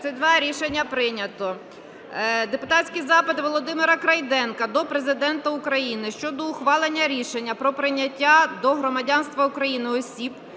За-232 Рішення прийнято. Депутатський запит Володимира Крейденка до Президента України щодо ухвалення рішення про прийняття до громадянства України осіб